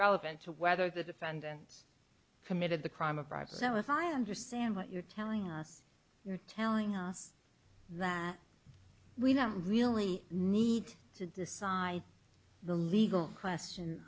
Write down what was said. relevant to whether the defendant committed the crime of privacy so if i understand what you're telling us you're telling us that we don't really need to decide the legal question